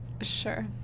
Sure